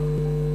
אדוני היושב-ראש,